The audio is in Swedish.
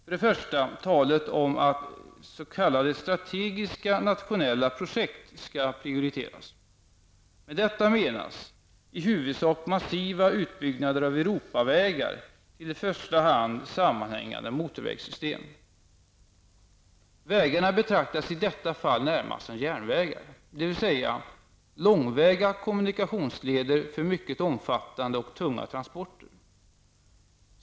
Man talar först och främst om att s.k. strategiska nationella projekt skall prioriteras. Med detta menas i huvudsak massiva utbyggnader av Europavägar till i första hand sammanhängande motorvägssystem. Vägarna betraktas i detta fall närmast som järnvägar -- långväga kommunikationsleder för mycket omfattande och tunga transporter.